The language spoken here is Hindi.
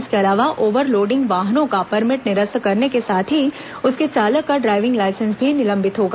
इसके अलावा ओव्हर लोडिंग वाहनों का परमिट निरस्त करने के साथ ही उसके चालक का ड्रायविंग लाइसेंस भी निलंबित होगा